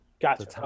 Gotcha